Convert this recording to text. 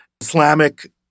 Islamic